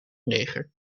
leger